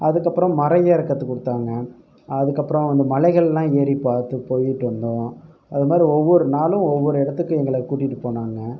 அதுக்கப்புறம் மரம் ஏற கற்று கொடுத்தாங்க அதுக்கப்புறம் அந்த மலைகள்லாம் ஏறிப் பார்த்து போய்விட்டு வந்தோம் அது மாதிரி ஒவ்வொரு நாளும் ஒவ்வொரு இடத்துக்கு எங்களை கூட்டிகிட்டு போனாங்க